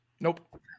Nope